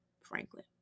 Franklin